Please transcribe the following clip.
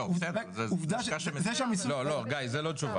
לא, גיא, זו לא תשובה.